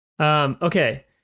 okay